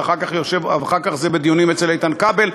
ואחר כך זה בדיונים אצל איתן כבל,